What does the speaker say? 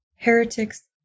heretics